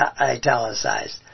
italicized